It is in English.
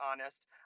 honest